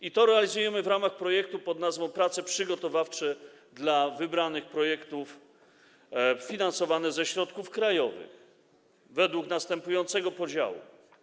I to realizujemy w ramach projektu pod nazwą „Prace przygotowawcze dla wybranych projektów finansowane ze środków krajowych” według następującego podziału.